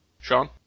Sean